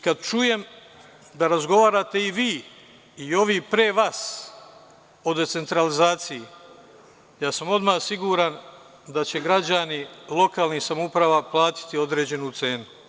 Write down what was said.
Kada čujem da razgovarate i vi i ovi pre vas o decentralizaciji, odmah sam siguran da će građani lokalnih samouprava plaćati određenu cenu.